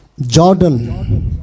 Jordan